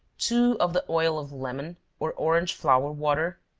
two of the oil of lemon, or orange-flower water,